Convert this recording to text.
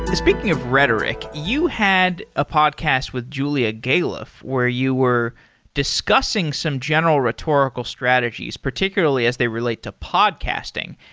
speaking of rhetoric, you had a podcast with julia galef, where you were discussing some general rhetorical strategies, particularly as they relate to podcasting,